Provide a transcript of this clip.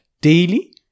daily